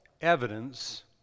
evidence